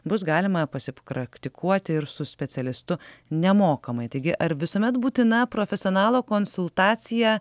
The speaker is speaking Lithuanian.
bus galima pasi kraktikuoti ir su specialistu nemokamai taigi ar visuomet būtina profesionalo konsultacija